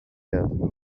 had